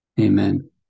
Amen